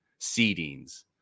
seedings